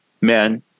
men